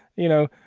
you know,